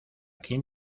quién